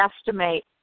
estimate